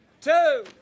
two